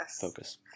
focus